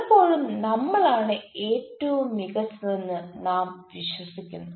പലപ്പോഴും നമ്മളാണ് ഏറ്റവും മികച്ചതെന്ന് നാം വിശ്വസിക്കുന്നു